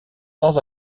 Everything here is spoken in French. sans